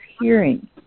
hearing